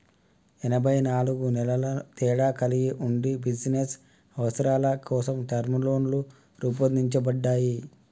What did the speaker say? ఎనబై నాలుగు నెలల తేడా కలిగి ఉండి బిజినస్ అవసరాల కోసం టర్మ్ లోన్లు రూపొందించబడ్డాయి